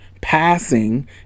passing